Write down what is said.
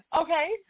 Okay